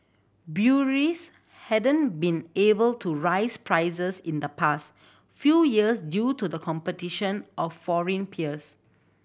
breweries hadn't been able to rise prices in the past few years due to competition from foreign peers